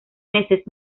meses